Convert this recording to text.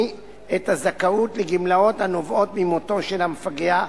את הזכאות לגמלאות הנובעות ממותו של המפגע,